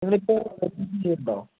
നിങ്ങൾ ഇപ്പോൾ ചെയ്തിട്ടുണ്ടോ